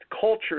culture